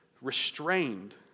restrained